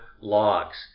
logs